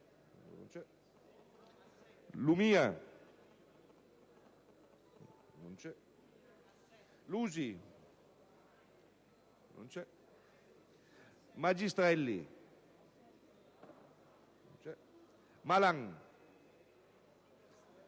Lumia, Lusi Magistrelli, Malan,